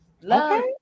love